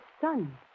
son